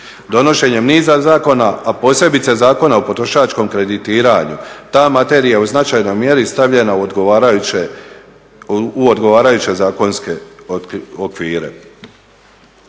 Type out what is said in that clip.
Donošenjem niza zakona, a posebice Zakona o potrošačkom kreditiranju, ta materija je u značajnoj mjeri stavljena u odgovarajuće zakonske okvire.